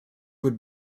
would